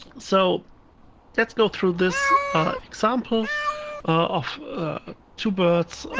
so let's go through this example of two birds,